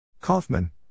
Kaufman